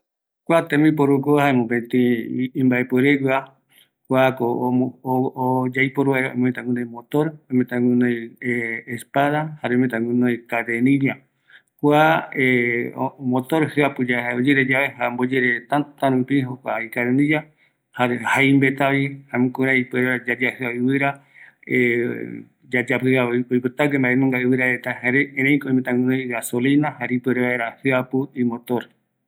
﻿Kua tembiporuko jae mopeti imbae pueregueva, kuako yaiporu vaera, oimeta guinoi motor, oimeta guinoi espada jare oimeta guinoi kadenilla, kua motor jiapuyae jare oyereyae jare omboyereyae täta rupi jokua ikadenilla, jare jaimbe tavi, jaema jukurai ipuere vaera yayajia ivira yayajia oipotague mbaenunga ivira reta, jare, erei oimeta guinoi gasolina ipuere vaera jiapu imotor.